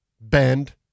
bend